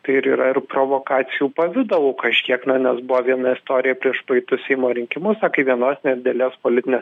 tai ir yra ir provokacijų pavidalu kažkiek na nes buvo viena istorija prieš praeitus seimo rinkimus na kai vienos nedidelės politinė